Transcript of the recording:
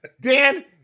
Dan